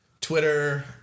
Twitter